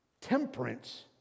temperance